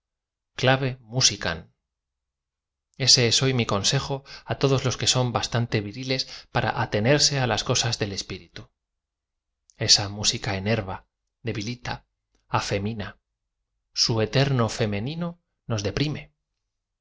clave musicam eae es hoy mi consejo á todos los que son bas tante viriles para atenerse á las cosas del espirita esa música enerva debilita afemina isu eterno fe menino nos deprim